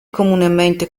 comunemente